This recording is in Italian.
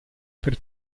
per